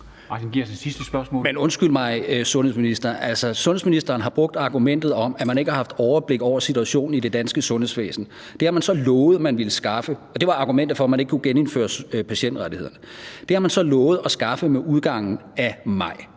Martin Geertsen (V): Men undskyld mig, sundhedsminister: Altså, sundhedsministeren har brugt argumentet om, at man ikke har haft overblik over situationen i det danske sundhedsvæsen – det har man lovet at man ville skaffe – og det var så argumentet for, at man ikke kunne genindføre patientrettighederne. Det har man så lovet at skaffe med udgangen af maj.